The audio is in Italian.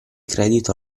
credito